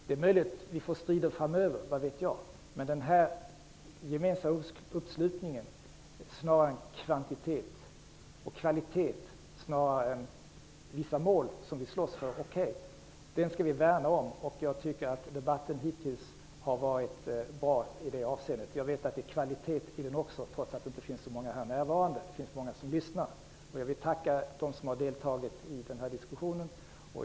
Det är möjligt att det blir strider framöver, men vi skall värna om den här gemensamma uppslutningen snarare än kvantiteten, och om kvaliteten snarare än vissa mål som vi slåss för. Jag tycker att debatten hittills har varit bra i det avseendet. Jag vet att det är kvalitet i den också, trots att det inte är så många närvarande här - men många lyssnar. Jag vill tacka dem som har deltagit i den här diskussionen.